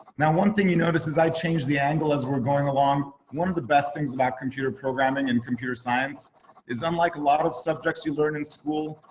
now one thing you notice as i change the angle as we're going along, one of the the best things about computer programming and computer science is unlike a lot of subjects you learn in school.